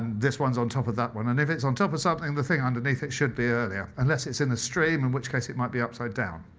this one's on top of that one. and if it's on top of something, the thing underneath it should be earlier, unless it's in a stream, in which case it might be upside down.